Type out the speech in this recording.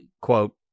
quote